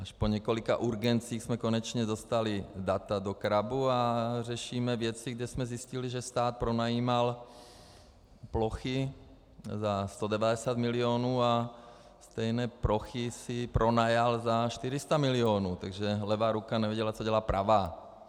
Až po několika urgencích jsme konečně dostali data do CRABu a řešíme věci, kde jsme zjistili, že stát pronajímal plochy za 190 milionů a stejné plochy si pronajal za 400 milionů, takže levá ruka nevěděla, co dělá pravá.